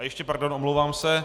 Ještě pardon, omlouvám se.